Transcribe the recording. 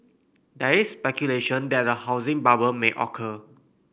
there's speculation that a housing bubble may occur